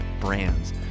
brands